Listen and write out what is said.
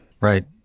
Right